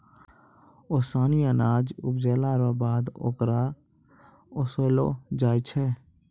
ओसानी अनाज उपजैला रो बाद होकरा ओसैलो जाय छै